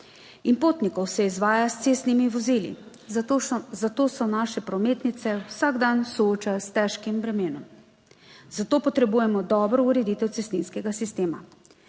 in potnikov se izvaja s cestnimi vozili, zato se naše prometnice vsak dan soočajo s težkim bremenom. Za to potrebujemo dobro ureditev cestninskega sistema.